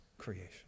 creation